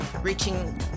reaching